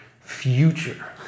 future